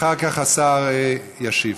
אחר כך השר ישיב.